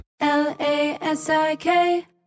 L-A-S-I-K